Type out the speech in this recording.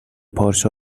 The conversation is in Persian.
پارچ